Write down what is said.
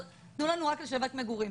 תנו לנו רק לשווק מגורים.